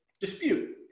dispute